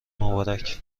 مبارک